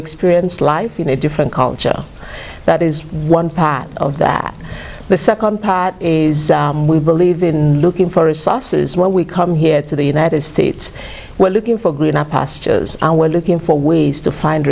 experience life in a different culture that is one part of that the second part is we believe in looking for sauces when we come here to the united states when looking for greener pastures when looking for ways to find